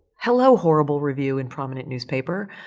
hello horrible review in prominent newspaper.